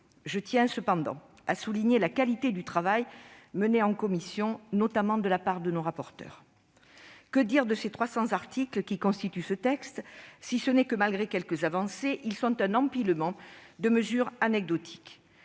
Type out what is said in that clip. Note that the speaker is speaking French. Je tiens néanmoins à souligner la qualité du travail mené en commission, notamment de la part de nos rapporteurs. Que dire des 300 articles qui constituent ce texte, si ce n'est que, malgré quelques avancées, ils sont un empilement de mesures anecdotiques